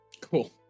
Cool